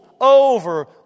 over